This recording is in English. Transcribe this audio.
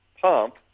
pump